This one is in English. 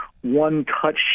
one-touch